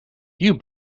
you